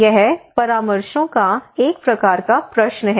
यह परामर्शों का एक प्रकार का प्रश्न है